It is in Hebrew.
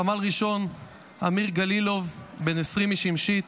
סמל ראשון אמיר גלילוב בן 20 משמשית,